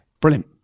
Brilliant